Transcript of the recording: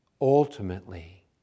ultimately